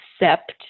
accept